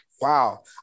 wow